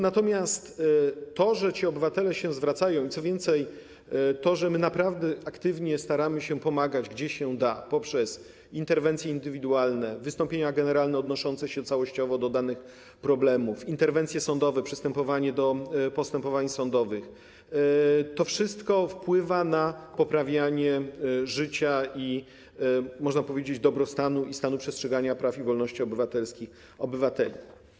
Natomiast to, że ci obywatele się zwracają, co więcej, że my naprawdę aktywnie staramy się pomagać, gdzie się da, poprzez interwencje indywidualne, wystąpienia generalne odnoszące się całościowo do danych problemów, interwencje sądowe, przystępowanie do postępowań sądowych - to wszystko wpływa na poprawianie życia, można powiedzieć, dobrostanu i stanu przestrzegania praw i wolności obywatelskich obywateli.